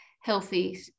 healthy